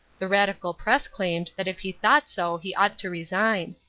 the radical press claimed that if he thought so he ought to resign.